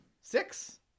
Six